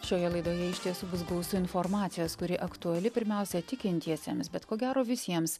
šioje laidoje iš tiesų bus gausu informacijos kuri aktuali pirmiausia tikintiesiems bet ko gero visiems